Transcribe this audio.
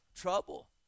trouble